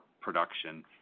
production